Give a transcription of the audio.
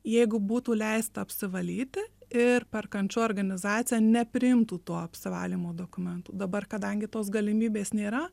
jeigu būtų leista apsivalyti ir perkančioji organizacija nepriimtų tų apsivalymo dokumentų dabar kadangi tos galimybės nėra